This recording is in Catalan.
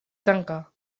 tancar